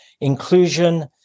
Inclusion